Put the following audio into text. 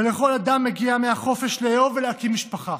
ולכל אדם מגיע החופש לאהוב ולהקים משפחה.